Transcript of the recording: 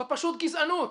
זאת פשוט גזענות.